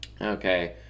okay